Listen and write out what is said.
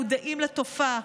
מודעים לתופעה,